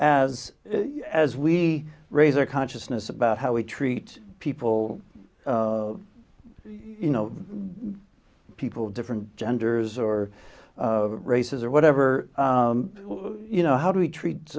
as as we raise our consciousness about how we treat people you know people of different genders or races or whatever you know how do we treat